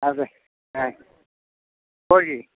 அது ஆ கோழி